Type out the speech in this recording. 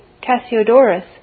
Cassiodorus